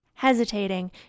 Hesitating